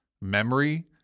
memory